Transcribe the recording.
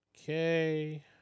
Okay